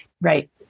Right